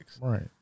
Right